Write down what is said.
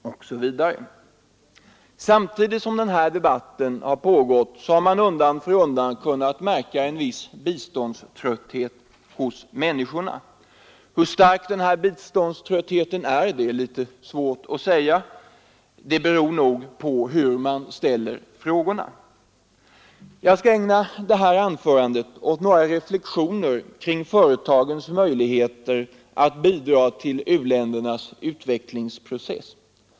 Samtidigt som denna debatt pågått har man undan för undan kunnat märka en viss biståndströtthet hos människorna. Hur stark denna biståndströtthet är, är svårt att säga. Det beror nog på hur man ställer frågorna. Jag skall ägna detta anförande åt några reflexioner kring företagens möjligheter att bidraga till u-ländernas utvecklingsprocess.